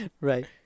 Right